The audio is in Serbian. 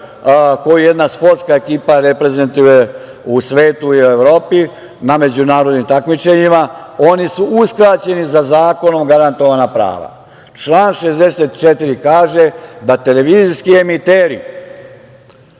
koju jedna sportska ekipa reprezentuje u svetu i u Evropi na međunarodnim takmičenjima. Oni su uskraćeni za zakonom garantovana prava. Član 64. kaže da televizijski emiteri